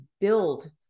build